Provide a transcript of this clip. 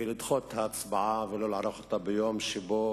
לדחות את ההצבעה ולא לערוך אותה ביום שבו